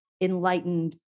enlightened